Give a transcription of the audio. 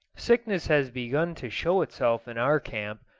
sickness has begun to show itself in our camp,